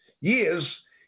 years